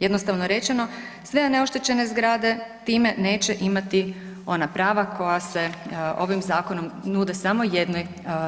Jednostavno rečeno, sve neoštećene zgrade time neće imati ona prava koja se ovim zakonom nude samo jednoj